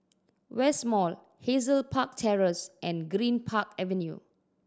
West Mall Hazel Park Terrace and Greenpark Avenue